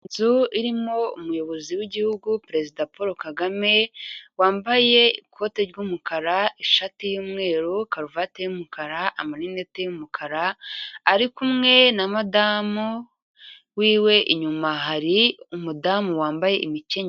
Inzu irimo umuyobozi w'Igihugu Perezida Paul Kagame, wambaye ikote ry'umukara, ishati y'umweru, karuvati y'umukara, amarineti y'umukara, ari kumwe na madamu wiwe, inyuma hari umudamu wambaye imikenyero.